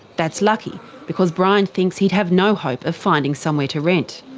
that's lucky because brian thinks he'd have no hope of finding somewhere to rent.